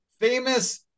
famous